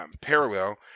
Parallel